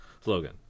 slogan